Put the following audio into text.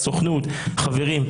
הסוכנות: חברים,